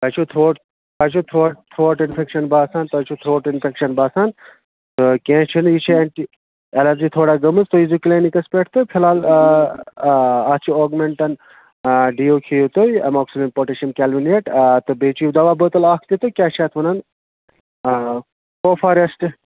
تۄہہِ چھُو تھرٛوٹ تۄہہِ چھُو تھرٛوٹ تھرٛوٹ اِنفٮ۪کشَن باسان تۄہہِ چھُو تھرٛوٹ اِنفٮ۪کشَن باسان تہٕ کیٚنٛہہ چھُنہٕ یہِ چھُ اٮ۪نٹی اٮ۪لَرجی تھوڑا گٔمٕژ تُہۍ ییٖزیو کِلنِکَس پٮ۪ٹھ تہٕ فِلحال اَتھ چھِ اوگمٮ۪نٹَن ڈِیو کھیٚیِو تُہۍ اٮ۪ماکسِلِن پوٚٹیشَم کٮ۪لوِنیٹ تہٕ بیٚیہِ چیٚیِو دوا بٲتل اَکھ تہِ تہٕ کیٛاہ چھِ اَتھ وَنان کوفارٮ۪سٹ